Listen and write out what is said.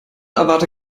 erwarte